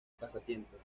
pasatiempos